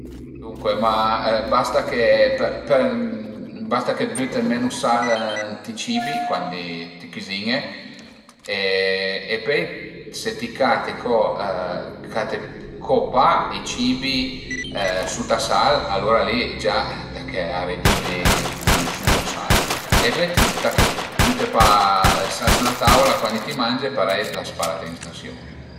Duncue ma basta che për, basta che büte menu sal ënt i cibi cuandi ti cüzin-e e pöi se ti cate co cate co pa i cibi sut a sal, alura li gia tache a ridüri ël consüm dë sal e pöi ëntà che büte pa ël sal s'la taula cuandi ti mange, parei l'as pa la tentasiun